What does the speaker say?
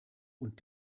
und